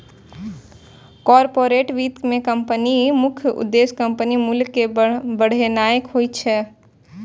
corporate वित्त मे कंपनीक मुख्य उद्देश्य कंपनीक मूल्य कें बढ़ेनाय होइ छै